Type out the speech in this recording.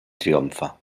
triomfa